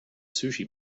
sushi